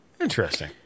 Interesting